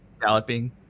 Galloping